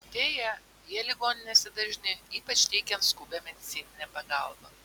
deja jie ligoninėse dažni ypač teikiant skubią medicininę pagalbą